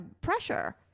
pressure